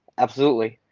absolutely.